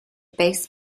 bass